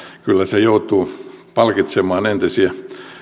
kyllä se joutuu palkitsemaan entisiä